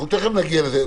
אנחנו תכף נגיע לזה.